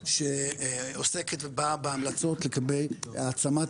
שעוסקת ובאה בהמלצות לגבי העצמת